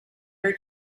her